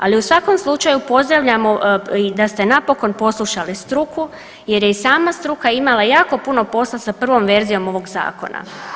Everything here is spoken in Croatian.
Ali u svakom slučaju pozdravljamo da ste napokon poslušali struku, jer je i sama struka imala jako puno posla sa prvom verzijom ovog zakona.